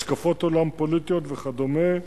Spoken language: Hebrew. השקפות עולם פוליטיות וכדומה.